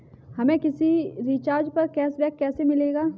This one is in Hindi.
हमें किसी रिचार्ज पर कैशबैक कैसे मिलेगा?